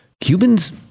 Cubans